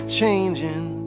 changing